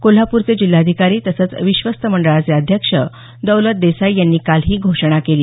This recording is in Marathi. कोल्हापूरचे जिल्हाधिकारी तसंच विश्वस्त मंडळाचे अध्यक्ष दौलत देसाई यांनी काल ही घोषणा केली